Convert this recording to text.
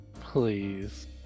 please